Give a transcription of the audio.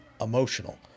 emotional